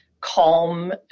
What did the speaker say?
calm